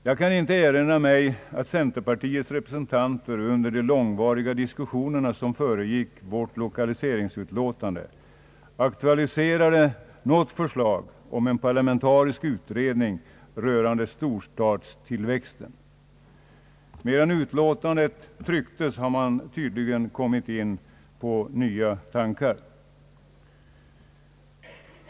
Jag kan inte erinra mig att centerpartiets representanter under de långvariga diskussioner som föregick vårt lokaliseringsutlåtande «aktualiserade något förslag om en parlamentarisk utredning rörande storstadstillväxten. Medan utlåtandet trycktes har man tydligen kommit på nya tankar.